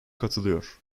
katılıyor